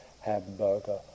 hamburger